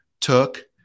took